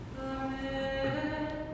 Amen